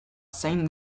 zein